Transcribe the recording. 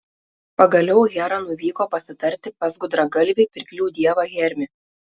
pagaliau hera nuvyko pasitarti pas gudragalvį pirklių dievą hermį